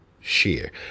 share